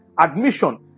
admission